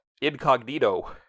incognito